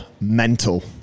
mental